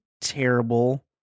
terrible